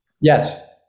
Yes